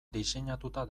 diseinatuta